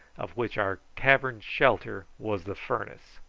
of which our cavern shelter was the furnace.